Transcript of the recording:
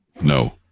No